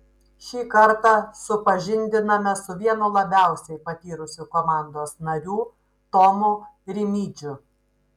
šį kartą supažindiname su vienu labiausiai patyrusių komandos narių tomu rimydžiu